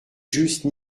juste